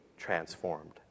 transformed